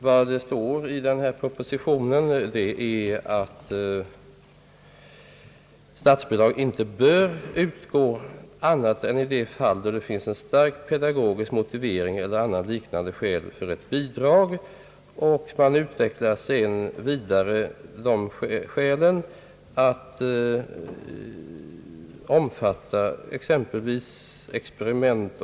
Vad som står i propositionen är att statsbidrag inte bör utgå annat än i de fall där det finns en stark pedagogisk motivering eller annat liknande skäl för ett bidrag. Detta utvecklas sedan vidare till att omfatta exempelvis experiment.